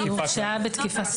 היא הורשעה בתקיפה סתם.